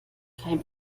kein